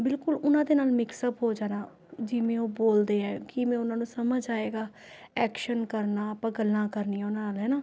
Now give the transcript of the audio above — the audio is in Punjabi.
ਬਿਲਕੁਲ ਉਹਨਾਂ ਦੇ ਨਾਲ ਮਿਕਸ ਅੱਪ ਹੋ ਜਾਣਾ ਜਿਵੇਂ ਉਹ ਬੋਲਦੇ ਹੈ ਕਿਵੇਂ ਉਹਨਾਂ ਨੂੰ ਸਮਝ ਆਏਗਾ ਐਕਸ਼ਨ ਕਰਨਾ ਆਪਾਂ ਗੱਲਾਂ ਕਰਨੀਆਂ ਉਹਨਾਂ ਨਾਲ ਹੈਨਾ